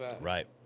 Right